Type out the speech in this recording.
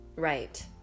right